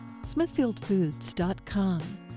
Smithfieldfoods.com